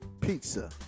pizza